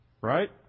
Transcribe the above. Right